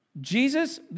Jesus